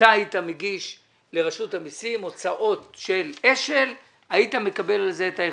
אתה היית מגיש לרשות המיסים הוצאות של אש"ל והיית מקבל על זה את ההחזר.